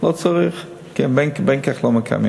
לא צריך, כי הם בין כך לא מקיימים.